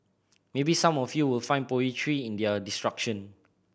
maybe some of you will find poetry in their destruction